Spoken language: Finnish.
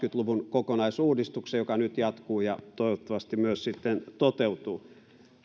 luvun kokonaisuudistuksen joka nyt jatkuu ja toivottavasti myös sitten toteutuu